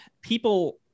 people